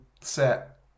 set